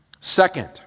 Second